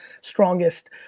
strongest